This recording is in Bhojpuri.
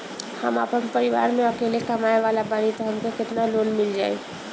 हम आपन परिवार म अकेले कमाए वाला बानीं त हमके केतना लोन मिल जाई?